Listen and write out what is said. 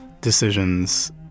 decisions